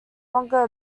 longer